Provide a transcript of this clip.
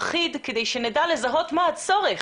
בארץ לא.